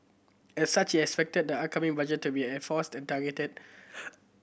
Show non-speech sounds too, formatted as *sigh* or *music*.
as such he expected the upcoming budget to be air forced and targeted *noise*